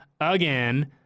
again